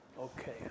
Okay